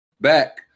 back